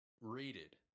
Rated